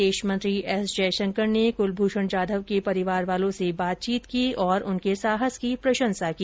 विदेश मंत्री एस जयशंकर ने कलभूषण जाधव के परिवार वालों से बातचीत की और उनके साहस की प्रशंसा की